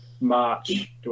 March